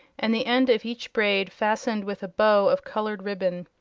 and the end of each braid fastened with a bow of colored ribbon.